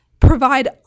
provide